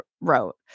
wrote